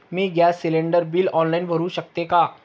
मी gas cylinder bill online भरु शकते का?